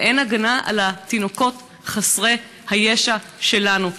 ואין הגנה על התינוקות חסרי הישע שלנו.